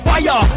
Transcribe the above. Fire